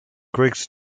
griggs